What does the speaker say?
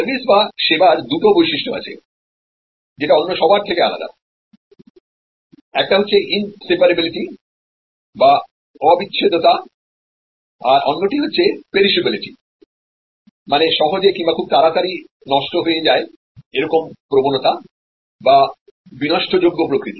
সার্ভিসবা পরিষেবার দুটো বৈশিষ্ট্য আছে যেটা অন্য সবার থেকে আলাদাএকটি হচ্ছে ইনসেপারেবিলিটি আর অন্যটি হচ্ছেপেরিশাবিলিটি মানে সহজে কিংবা খুব তাড়াতাড়ি নষ্ট হয়ে যায় এরকম প্রবণতা বা বিনষ্টযোগ্য প্রকৃতি